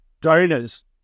donors